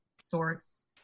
sorts